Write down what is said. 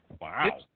Wow